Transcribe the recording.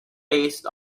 based